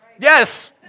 yes